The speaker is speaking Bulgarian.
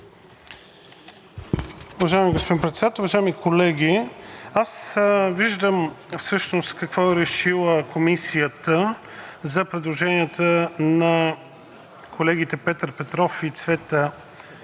Уважаеми господин Председател, уважаеми колеги! Аз виждам всъщност какво е решила Комисията за предложенията на колегите Петър Петров и Цвета